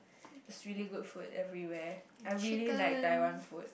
it's really good food everywhere I really like Taiwan food